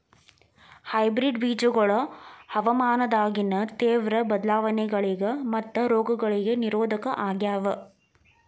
hybrid ಬೇಜಗೊಳ ಹವಾಮಾನದಾಗಿನ ತೇವ್ರ ಬದಲಾವಣೆಗಳಿಗ ಮತ್ತು ರೋಗಗಳಿಗ ನಿರೋಧಕ ಆಗ್ಯಾವ